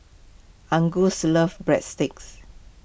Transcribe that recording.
Angus loves Breadsticks